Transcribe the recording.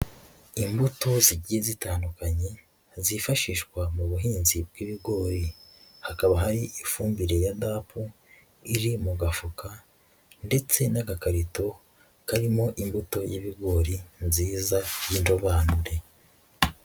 Imbuto zigiye zitandukanye zifashishwa mu buhinzi bw'ibigori, hakaba hari ifumbire ya dapu iri mu gafuka, ndetse n'agakarito karimo imbuto y'ibigori nziza y'indobanure.